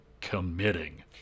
committing